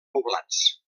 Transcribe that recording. poblats